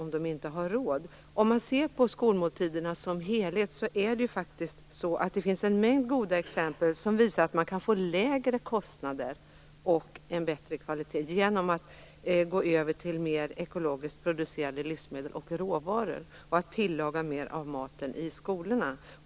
Om man ser till skolmåltiderna som helhet finns det en mängd goda exempel som visar att man kan få lägre kostnader och en bättre kvalitet genom att gå över till mer ekologiskt producerade livsmedel och råvaror och genom att tillaga mer av maten i skolorna.